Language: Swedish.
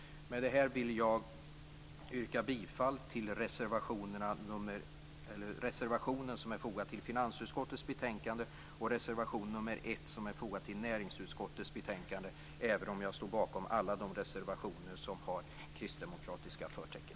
Med detta vill jag yrka bifall till reservationen som är fogad till finansutskottets betänkande och reservation nr 1 som är fogad till näringsutskottets betänkande även om jag står bakom alla de reservationer som har kristdemokratiska förtecken.